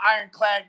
ironclad